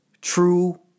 true